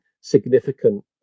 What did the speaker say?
significant